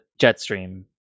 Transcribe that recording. Jetstream